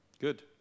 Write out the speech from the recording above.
Good